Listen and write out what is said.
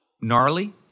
gnarly